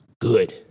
good